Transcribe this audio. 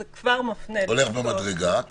זה כבר מפנה -- הולך במדרגה,